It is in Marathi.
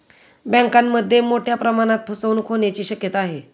बँकांमध्ये मोठ्या प्रमाणात फसवणूक होण्याची शक्यता आहे